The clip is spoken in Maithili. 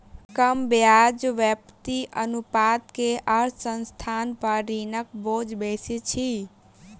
कम ब्याज व्याप्ति अनुपात के अर्थ संस्थान पर ऋणक बोझ बेसी अछि